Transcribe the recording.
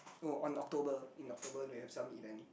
oh on October in October we have some event